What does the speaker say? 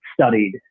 studied